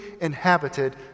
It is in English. inhabited